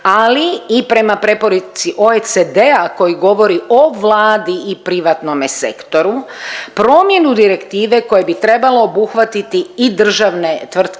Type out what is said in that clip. ali i prema preporuci OECD-a koji govori o Vladi i privatnome sektoru promjenu direktive koja bi trebala obuhvatiti i državne tvrtke,